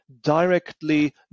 directly